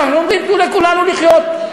אנחנו אומרים: תנו לכולנו לחיות.